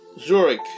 Zurich